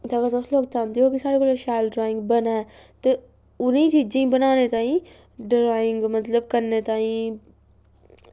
अगर तुस चांह्दे ओ कि साढ़े कशा शैल ड्राईंग बने ते उ'नें चीज़ें गी बनाने ताईं ड्राईंग मतलब करने ताईं